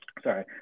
Sorry